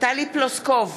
טלי פלוסקוב,